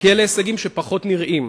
כי אלה הישגים שפחות נראים.